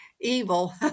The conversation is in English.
evil